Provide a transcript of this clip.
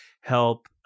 help